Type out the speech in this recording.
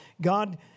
God